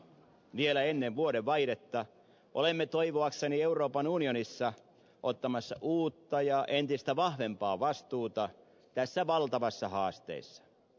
vielä ennen vuodenvaihdetta olemme toivoakseni euroopan unionissa ottamassa uutta ja entistä vahvempaa vastuuta tässä valtavassa haasteessa